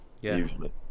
usually